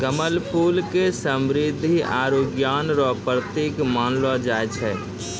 कमल फूल के समृद्धि आरु ज्ञान रो प्रतिक मानलो जाय छै